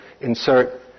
insert